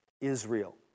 Israel